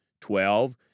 Twelve